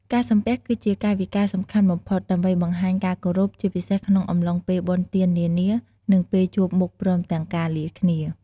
ការសំពះ គឺជាកាយវិការសំខាន់បំផុត ដើម្បីបង្ហាញការគោរពជាពិសេសក្នុងអំឡុងពេលបុណ្យទាននានានិងពេលជួបមុខព្រមទាំងការលាគ្នា។